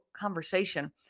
conversation